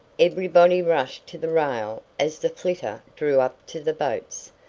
everybody rushed to the rail as the flitter drew up to the boats,